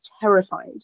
terrified